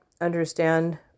understand